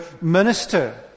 minister